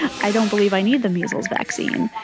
i don't believe i need the measles vaccine.